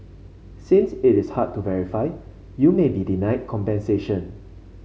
since it is hard to verify you may be denied compensation